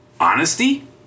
honesty